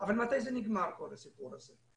מתחילה אבל מתי מסתיים כל הסיפור הזה?